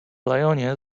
lyonie